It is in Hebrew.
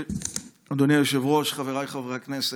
אדוני היושב-ראש, חבריי חברי הכנסת,